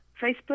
Facebook